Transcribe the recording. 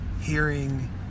hearing